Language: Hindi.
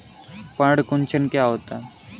पर्ण कुंचन क्या होता है?